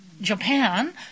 Japan